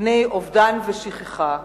מפני אובדן ושכחה,